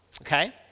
okay